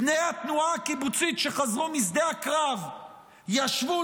בני התנועה הקיבוצית שחזרו משדה הקרב ישבו